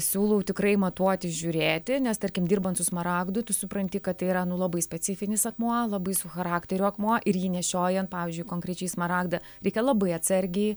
siūlau tikrai matuotis žiūrėti nes tarkim dirbant su smaragdu tu supranti kad tai yra nu labai specifinis akmuo labai su charakteriu akmuo ir jį nešiojant pavyzdžiui konkrečiai smaragdą reikia labai atsargiai